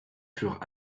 furent